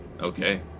okay